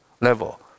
level